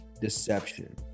deception